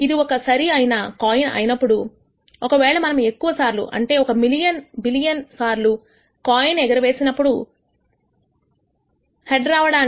ఇది ఒక సరి అయిన కాయిన్ అయితే అప్పుడు ఒకవేళ మనము ఎక్కువసార్లు ఎక్కువ అంటే మిలియన్ బిలియన్ సార్లు కాయిన్ ఎగర వేసినట్లు అయితే అప్పుడు హెడ్ రావడానికి ప్రోబబిలిటీ 0